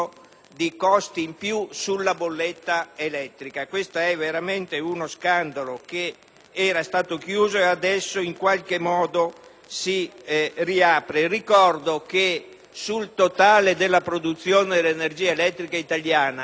di costi in più sulla bolletta elettrica. Questo è davvero uno scandalo su una questione che era stata chiusa e che adesso, in qualche modo, si riapre. Ricordo che sul totale della produzione di energia elettrica italiana